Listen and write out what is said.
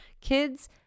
Kids